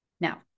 Now